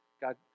God